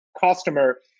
customer